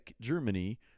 Germany